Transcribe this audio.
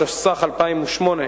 התשס"ח 2008,